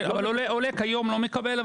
כן, אבל עולה כיום לא מקבל.